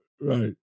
Right